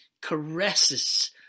caresses